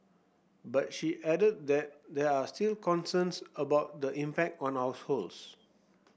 but she added that there are still concerns about the impact on the households